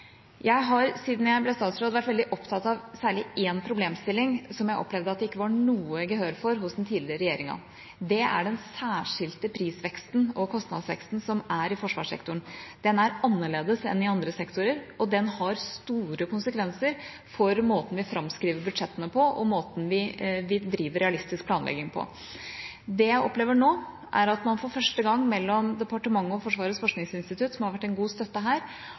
Jeg har siden jeg ble statsråd, vært veldig opptatt av særlig én problemstilling, som jeg opplevde at det ikke var noe gehør for i den tidligere regjeringa. Det er den særskilte pris- og kostnadsveksten som er i forsvarssektoren. Den er annerledes enn i andre sektorer, og den har store konsekvenser for måten vi framskriver budsjettene på, og måten vi driver realistisk planlegging på. Det jeg opplever nå, er at departementet og Forsvarets forskningsinstitutt, som har vært en god støtte her,